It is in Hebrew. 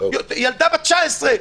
ילדה בת 19,